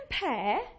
compare